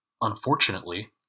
Unfortunately